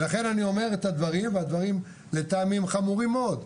לכן אני אומר את הדברים והדברים לטעמי חמורים מאוד.